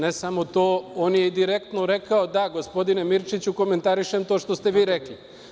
Ne samo to, on je direktno rekao – da, gospodine Mirčiću komentarišem to što ste vi rekli.